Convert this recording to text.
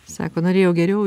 sako norėjau geriau